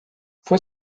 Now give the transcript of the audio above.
fue